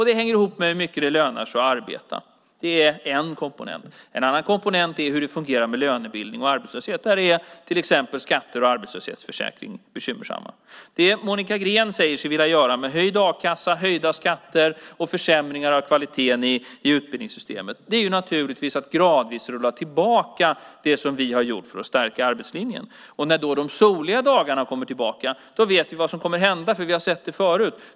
Det hänger ihop med hur mycket det lönar sig att arbeta. Det är en komponent. En annan komponent är hur det fungerar med lönebildning och arbetslöshet. Där är till exempel skatter och arbetslöshetsförsäkring bekymmersamma. Det Monica Green säger sig vilja göra med höjd a-kassa, med höjda skatter och försämringar i kvaliteten i utbildningssystemet är naturligtvis att gradvis rulla tillbaka det som vi har gjort för att stärka arbetslinjen. När de soliga dagarna kommer tillbaka vet vi vad som kommer att hända, för vi har sett det förut.